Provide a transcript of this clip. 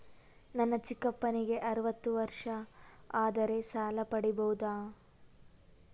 ನನ್ನ ಚಿಕ್ಕಪ್ಪನಿಗೆ ಅರವತ್ತು ವರ್ಷ ಆದರೆ ಸಾಲ ಪಡಿಬೋದ?